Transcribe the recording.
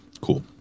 Cool